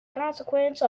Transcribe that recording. consequence